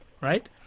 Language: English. right